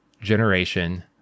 generation